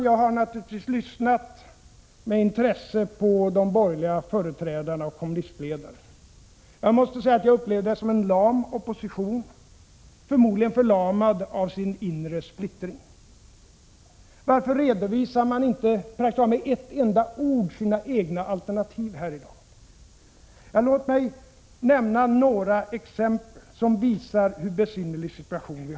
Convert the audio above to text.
Jag har med intresse lyssnat på de borgerliga företrädarna och kommunistledaren, och jag måste säga att jag upplevde det som en lam opposition, förmodligen förlamad av sin inre splittring. Varför redovisar man inte med ett enda ord sina egna alternativ här i dag? Låt mig nämna några exempel som visar hur besynnerlig situationen är.